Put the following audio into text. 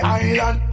island